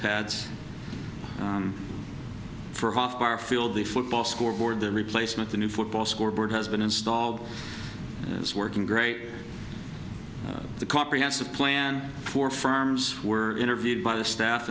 our field the football scoreboard the replacement the new football scoreboard has been installed is working great the comprehensive plan for firms were interviewed by the staff